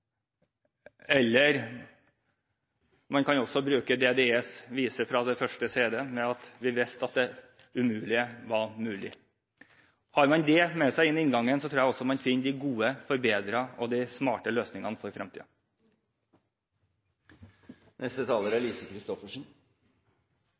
Man kan også bruke D.D.E.s vise fra den første CD-en: «Det umulige e mulig». Har man dette med seg, tror jeg også man finner de gode forbedringene og de smarte løsningene for